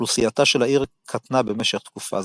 ואוכלוסייתה של העיר קטנה במשך תקופה זו.